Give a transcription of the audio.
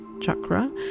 chakra